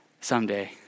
someday